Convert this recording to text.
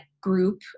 group